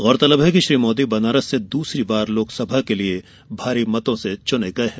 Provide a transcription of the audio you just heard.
गौरतलब है कि श्री मोदी बनारस से द्रसरी बार लोकसभा के लिये भारी मतों से चुने गये हैं